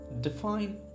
define